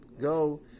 Go